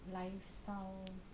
lifestyle